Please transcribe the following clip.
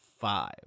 five